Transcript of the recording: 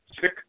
sick